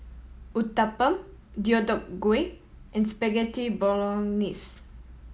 Uthapam Deodeok Gui and Spaghetti Bolognese